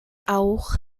auch